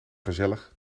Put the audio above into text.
gezellig